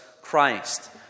Christ